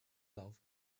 love